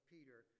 Peter